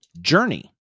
Journey